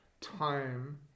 time